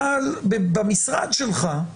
אבל במשרד שלך,